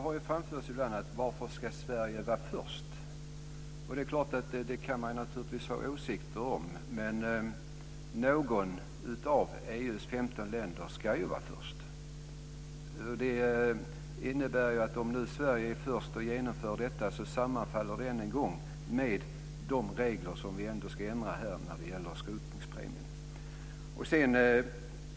Fru talman! Man har här ställt frågan varför Sverige ska gå före. Man kan naturligtvis ha åsikter om detta, men något av EU:s 15 länder ska ju vara först. Om nu Sverige går före och genomför detta sammanfaller ändringen med de regler för skrotningspremien som vi ändå ska ändra.